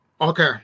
Okay